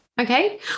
Okay